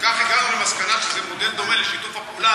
וכך הגענו למסקנה שזה מודל דומה לשיתוף הפעולה